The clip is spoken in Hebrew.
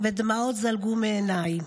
ודמעות זלגו מעיניי.